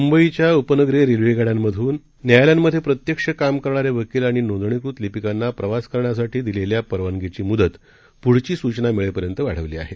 मुंबईउपनगरीयरेल्वेगाड्यांमधूनन्यायालयांमधेप्रत्यक्षकामकरणारेवकीलआणिनोंदणीकृतलिपीकांनाप्रवासकरण्यासाठीदि लेल्यापरवानगीचीमुदतपुढचीसूचनामिळेपर्यंतवाढवलीआहे